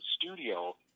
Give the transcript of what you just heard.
studio